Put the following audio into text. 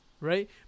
Right